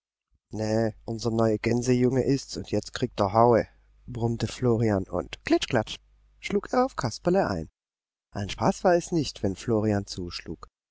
nä unser neuer gänsejunge ist's und jetzt kriegt er haue brummte florian und klitsch klatsch schlug er auf kasperle ein ein spaß war es nicht wenn florian zuschlug